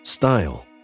Style